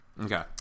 Okay